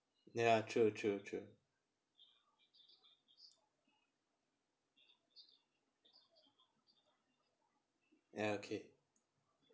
ya true true true ya okay